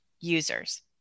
users